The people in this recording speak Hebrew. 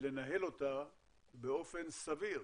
ולנהל אותה באופן סביר.